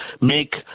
make